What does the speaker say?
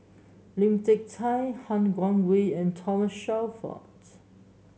Lim Hak Tai Han Guangwei and Thomas Shelford